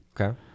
okay